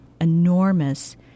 enormous